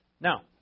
Now